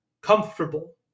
comfortable